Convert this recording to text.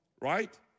Right